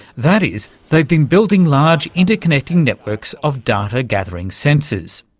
that is, they've been building large interconnecting networks of data gathering sensors.